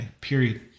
period